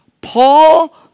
Paul